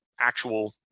actual